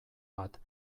bat